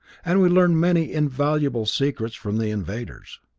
and we learned many invaluable secrets from the invaders.